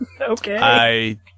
Okay